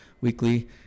weekly